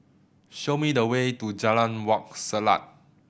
show me the way to Jalan Wak Selat